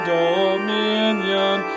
dominion